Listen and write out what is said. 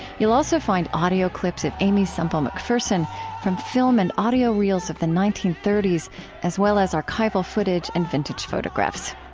you'll also find audio clips of aimee semple mcpherson from film and audio reels of the nineteen thirty s as well as archival footage and vintage photographs.